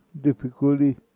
difficulty